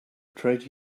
trade